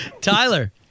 Tyler